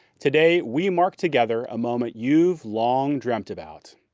today we mark together a moment you've long dreamt about,